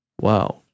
Wow